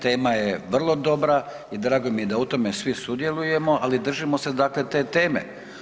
Tema je vrlo dobra i drago mi je da u tome svi sudjelujemo, ali držimo se dakle te teme.